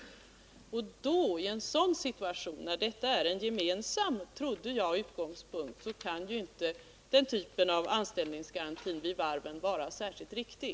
I en situation där detta, som jag trodde, är den gemensamma utgångspunkten kan inte den typen av anställningsgaranti när det gäller varven vara särskilt riktig.